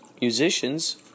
musicians